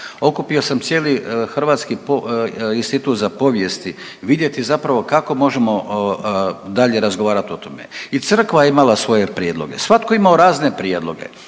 okupio sam cijeli Hrvatski institut za povijest, vidjeti zapravo kako možemo dalje razgovarati o tome. I Crkva je imala svoje prijedloge, svatko je imao razne prijedloge.